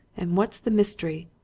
and what's the mystery?